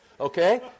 okay